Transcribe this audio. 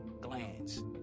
glands